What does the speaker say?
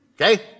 Okay